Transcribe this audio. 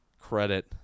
credit